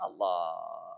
Allah